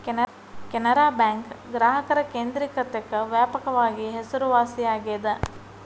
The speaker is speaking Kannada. ಕೆನರಾ ಬ್ಯಾಂಕ್ ಗ್ರಾಹಕರ ಕೇಂದ್ರಿಕತೆಕ್ಕ ವ್ಯಾಪಕವಾಗಿ ಹೆಸರುವಾಸಿಯಾಗೆದ